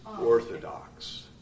orthodox